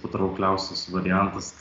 patraukliausias variantas